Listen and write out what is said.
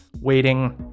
waiting